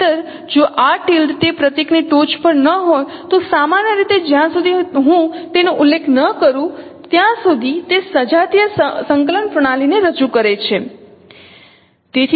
નહિંતર જો આ ટિલ્ડ તે પ્રતીકની ટોચ પર ન હોય તો સામાન્ય રીતે જ્યાં સુધી હું તેનો ઉલ્લેખ ન કરું ત્યાં સુધી તે સજાતીય સંકલન પ્રણાલીને રજૂ કરે છે